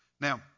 Now